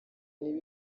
niba